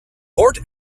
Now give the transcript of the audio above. port